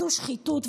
זו שחיתות,